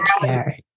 chair